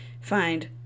find